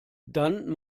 dann